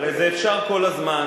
הרי זה אפשר כל הזמן,